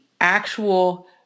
actual